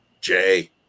Jay